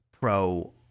Pro